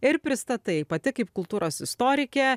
ir pristatai pati kaip kultūros istorikė